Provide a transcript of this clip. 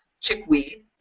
chickweed